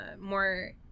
more